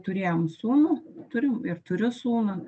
turėjom sūnų turim ir turiu sūnų